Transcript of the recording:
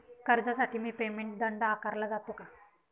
कर्जासाठी prepayment दंड आकारला जातो का?